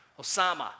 Osama